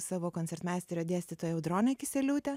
savo koncertmeisterio dėstytoją audronę kisieliūtę